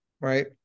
right